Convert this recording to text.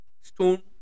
stone